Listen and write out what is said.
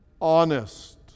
honest